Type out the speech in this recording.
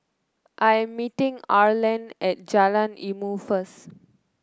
I'm meeting Arland at Jalan Ilmu first